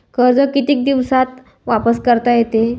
कर्ज कितीक दिवसात वापस करता येते?